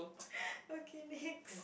okay next